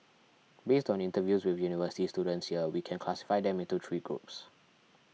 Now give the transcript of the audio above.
based on interviews with university students here we can classify them into three groups